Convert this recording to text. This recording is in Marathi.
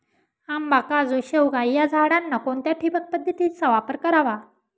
आंबा, काजू, शेवगा या झाडांना कोणत्या ठिबक पद्धतीचा वापर करावा?